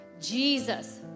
Jesus